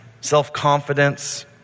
self-confidence